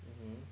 mmhmm